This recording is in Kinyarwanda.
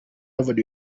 havard